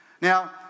Now